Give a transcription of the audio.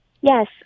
Yes